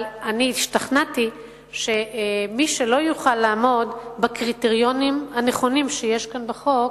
אבל השתכנעתי שמי שלא יוכל לעמוד בקריטריונים הנכונים שיש בחוק,